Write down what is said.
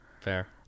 Fair